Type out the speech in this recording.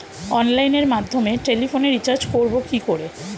অনলাইনের মাধ্যমে টেলিফোনে রিচার্জ করব কি করে?